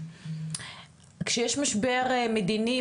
כשיש משבר מדיני,